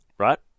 Right